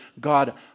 God